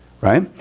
right